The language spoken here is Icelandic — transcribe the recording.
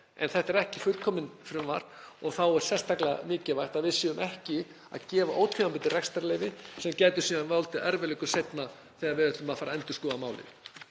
En þetta er ekki fullkomið frumvarp og þá er sérstaklega mikilvægt að við séum ekki að gefa ótímabundin rekstrarleyfi sem gætu valdið erfiðleikum seinna þegar við ætlum að fara að endurskoða málin.